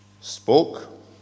spoke